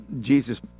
Jesus